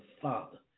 Father